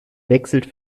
wechselt